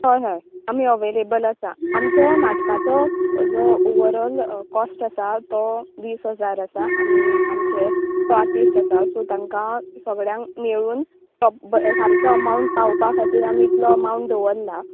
हय हय आमी अवॅलेबल आसा आमचो नाटकाचो जो ओवर ऑल कोस्ट आसा तो वीस हजार आसा आमी आमचे आर्टीस्ट आसा सो तांकां सगळ्यांक मेळून सारके अमाउंट पावोपा खातीर आमी इतलो अमाउंट दवरला